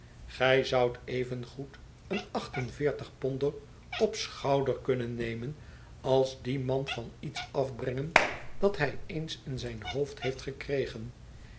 gij zoudt evengoed een acht en veertigponder op schouder kunnen nemen als dien man van iets afbrengen dat hij eens in zijn hoofd heeft gekregen